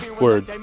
Word